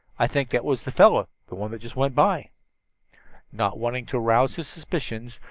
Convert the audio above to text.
i think that was the fellow the one that just went by not wanting to arouse his suspicions,